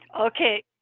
okay